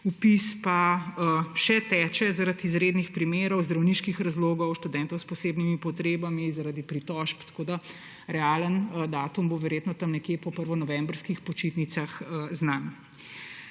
vpis pa še teče zaradi izrednih primerov, zdravniških razlogov, študentov s posebnimi potrebami, zaradi pritožb. Realen datum bo verjetno znan nekje po prvonovembrskih počitnicah.